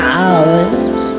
hours